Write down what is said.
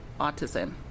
autism